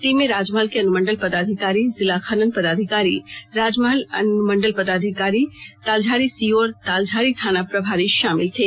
team में राजमहल के अनुमंडल पदाधिकारी जिला खनन पदाधिकारी राजमहल अनुमंडल पुलिस पदाधिकारी तालझारी सीओ और तालझारी थाना प्रभारी शामिल थे